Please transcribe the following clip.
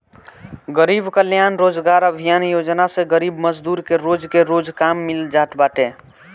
गरीब कल्याण रोजगार अभियान योजना से गरीब मजदूर के रोज के रोज काम मिल जात बाटे